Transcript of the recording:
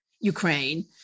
Ukraine